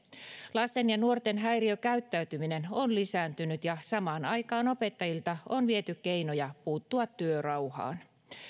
lasten ja nuorten häiriökäyttäytyminen on lisääntynyt ja samaan aikaan opettajilta on viety keinoja puuttua työrauhaan